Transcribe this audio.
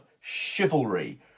chivalry